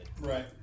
right